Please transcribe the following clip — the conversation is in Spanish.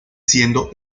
siendo